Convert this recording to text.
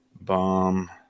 Bomb